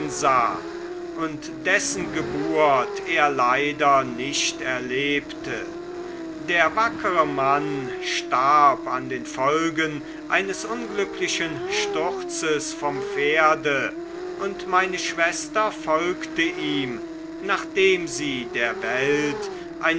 und dessen geburt er leider nicht erlebte der wackere mann starb an den folgen eines unglücklichen sturzes vom pferde und meine schwester folgte ihm nachdem sie der welt